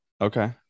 Okay